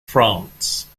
france